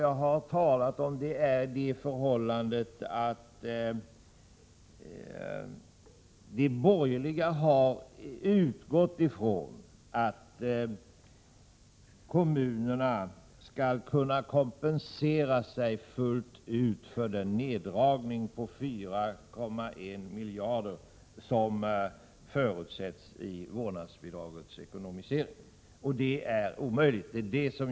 Jag har talat om det förhållandet att de borgerliga har utgått ifrån att kommunerna skall kunna kompensera sig fullt ut för den neddragning på 4,1 miljarder som förutsätts när det gäller vårdnadsbidragets ekonomisering. Det är omöjligt.